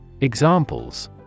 Examples